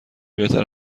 بهتر